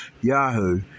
Yahoo